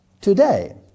today